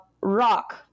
rock